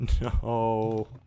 No